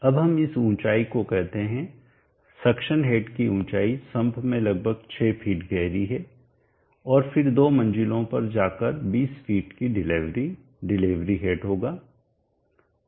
अब हम इस ऊँचाई को कहते हैं सक्शन हेड की ऊँचाई सम्प में लगभग 6 फीट गहरी है और फिर दो मंजिलों पर जाकर 20 फ़ीट की डिलीवरी डिलीवरी हेड होगी